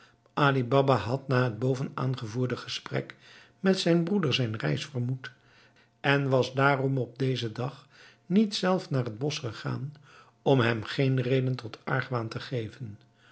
ali baba had na het boven aangevoerde gesprek met zijn broeder zijn reis vermoed en was daarom op dezen dag niet zelf naar het bosch gegaan om hem geen reden tot argwaan te geven